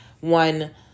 one